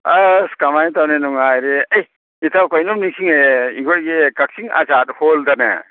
ꯑꯁ ꯀꯃꯥꯏ ꯇꯧꯅꯤ ꯅꯨꯡꯉꯥꯏꯔꯤ ꯏꯁ ꯏꯇꯥꯎ ꯀꯩꯅꯣꯝ ꯅꯤꯡꯁꯤꯡꯉꯛꯑꯦ ꯑꯩꯈꯣꯏꯒꯤ ꯀꯛꯆꯤꯡ ꯑꯥꯖꯥꯠ ꯍꯣꯜꯗꯅꯦ